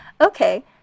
Okay